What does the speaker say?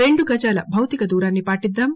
రెండు గజాల భౌతిక దూరాన్ని పాటిద్దాం